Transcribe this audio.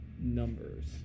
numbers